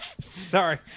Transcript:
Sorry